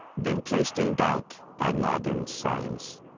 been placed in doubt by modern science.